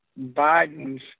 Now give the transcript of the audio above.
Biden's